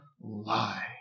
Lie